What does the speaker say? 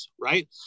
right